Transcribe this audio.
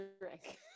drink